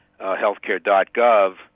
healthcare.gov